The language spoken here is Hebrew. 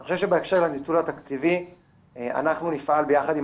אני חושב שבהקשר לניצול התקציבי אנחנו נפעל ביחד עם